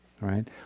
right